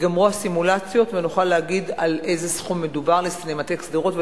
ייגמרו הסימולציות ונוכל להגיד על איזה סכום מדובר לסינמטק שדרות.